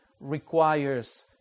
requires